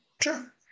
sure